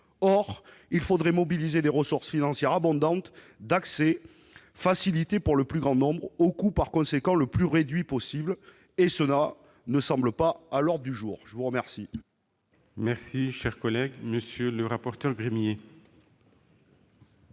Or il faudrait mobiliser des ressources financières abondantes, d'accès facilité pour le plus grand nombre, au coût par conséquent le plus réduit possible ; cela ne semble pas à l'ordre du jour ... La parole